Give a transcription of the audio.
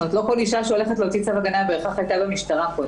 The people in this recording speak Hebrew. לא כל אישה שהולכת להוציא צו הגנה בהכרח היתה במשטרה קודם.